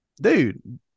dude